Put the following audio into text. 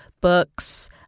books